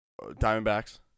Diamondbacks